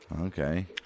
Okay